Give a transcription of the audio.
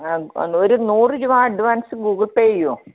ആ ഒരു നൂറ് രൂപ അഡ്വാൻസ് ഗൂഗിൾ പേ ചെയ്യുമോ